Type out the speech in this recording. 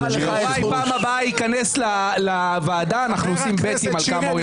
יוראי בפעם הבאה ייכנס לוועדה אנחנו נעשה הימורים כמה הוא יחזיק.